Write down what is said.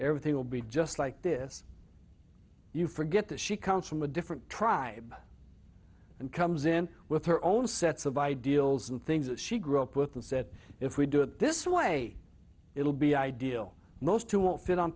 everything will be just like this you forget that she comes from a different tribe and comes in with her own sets of ideals and things that she grew up with and said if we do it this way it'll be ideal most two won't fit on